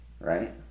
Right